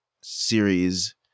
series